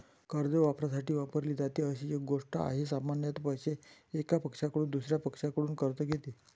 कर्ज वापरण्यासाठी वापरली जाते अशी एक गोष्ट आहे, सामान्यत पैसे, एका पक्षाकडून दुसर्या पक्षाकडून कर्ज घेते